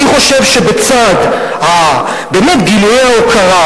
אני חושב שבצד באמת גילויי ההוקרה,